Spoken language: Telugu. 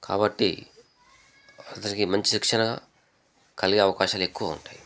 కాబట్టి అతనికి మంచి శిక్షణ కలిగే అవకాశాలు ఎక్కువ ఉంటాయి